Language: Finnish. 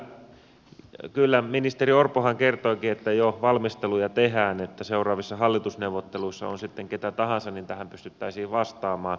tästä kyllä ministeri orpohan kertoikin että jo valmisteluja tehdään että on sitten seuraavissa hallitusneuvotteluissa ketä tahansa niin tähän pystyttäisiin vastaamaan